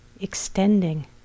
extending